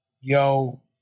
yo